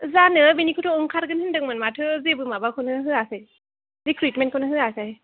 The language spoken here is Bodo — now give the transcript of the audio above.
जानो बिनिखौथ' ओंखारगोन होनदोंमोन माथो जेबो माबाखौनो होयाखै रिख्रुइटमेन्ट खौनो होयाखै